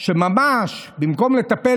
שבמקום לטפל